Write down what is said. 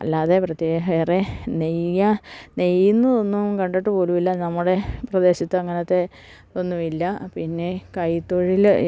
അല്ലാതെ വേറെ നെയ്യുക നെയ്യുന്നതൊന്നും കണ്ടിട്ടുപോലുമില്ല നമ്മുടെ പ്രദേശത്തങ്ങനത്തെ ഒന്നുമില്ല പിന്നെ കൈത്തൊഴില് ഈ